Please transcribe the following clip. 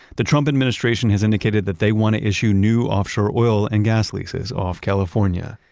the trump administration has indicated that they want to issue new offshore oil and gas leases off california.